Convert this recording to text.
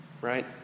right